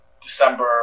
december